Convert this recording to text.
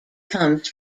comes